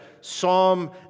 Psalm